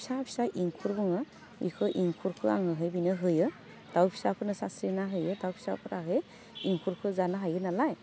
फिसा फिसा इंखुर बुङो बेखौ इंखुरखो आङोहै बिनो होयो दाउ फिसाफोरनो सास्रेना होयो दाउ फिसाफोराहै इंखुरखो जानो हायो नालाय